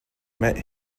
met